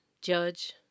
judge